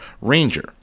Ranger